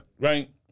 Right